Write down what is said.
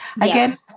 again